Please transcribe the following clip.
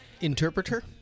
Interpreter